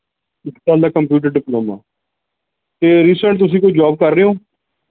ਇੱਕ ਤਾਂ ਮੈਂ ਕੰਪਿਊਟਰ ਡਿਪਲੋਮਾ ਅਤੇ ਰੀਸੈਂਟ ਤੁਸੀ ਕੋਈ ਜੋਬ ਕਰ ਰਹੇ ਹੋ